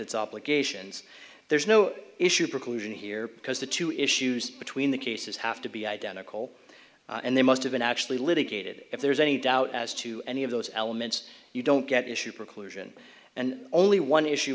its obligations there is no issue preclusion here because the two issues between the cases have to be identical and they must have been actually litigated if there's any doubt as to any of those elements you don't get issue preclusion and only one issue